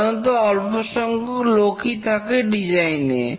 সাধারণত অল্প সংখ্যক লোকই থাকে ডিজাইন এ